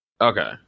okay